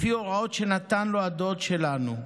לפי ההוראות שנתן לו הדוד שלנו.